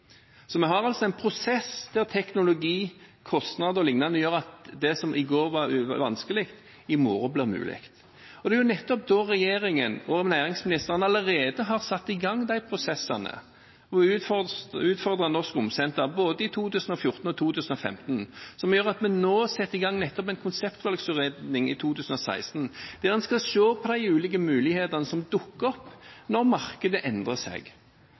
Så vi har altså en prosess der teknologi, kostnader og lignende gjør at det som i går var vanskelig, i morgen blir mulig. Det er jo nettopp det som gjør at regjeringen og næringsministeren allerede har satt i gang de prosessene, og utfordret Norsk Romsenter, både i 2014 og 2015, noe som gjør at vi nå setter i gang en konseptvalgutredning, i 2016, der en skal se på de ulike mulighetene som dukker opp når markedet endrer seg.